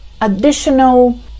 additional